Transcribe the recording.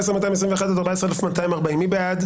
14,081 עד 14,100, מי בעד?